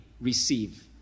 receive